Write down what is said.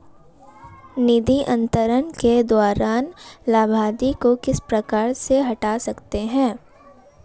निधि अंतरण के दौरान लाभार्थी को किस प्रकार से हटा सकते हैं?